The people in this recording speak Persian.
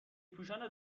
پوشان